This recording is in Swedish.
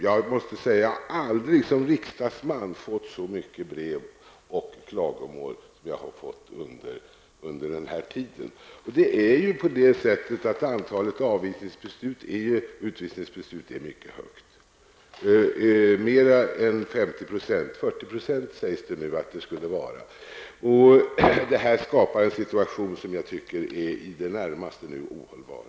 Som riksdagsman har jag aldrig fått så många brev och klagomål som under den här tiden. Antalet utvisningsbeslut är mycket stort. Det sägs att det nu skulle handla om 40 % av de asylsökande. Detta skapar en situation som jag tycker är i det närmaste ohållbar.